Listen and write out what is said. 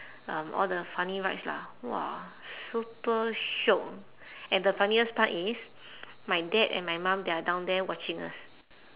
um all the funny rides lah !wah! super shiok and the funniest part is my dad and my mum they are down there watching us